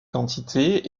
quantités